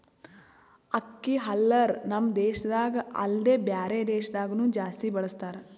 ಅಕ್ಕಿ ಹಲ್ಲರ್ ನಮ್ ದೇಶದಾಗ ಅಲ್ದೆ ಬ್ಯಾರೆ ದೇಶದಾಗನು ಜಾಸ್ತಿ ಬಳಸತಾರ್